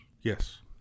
Yes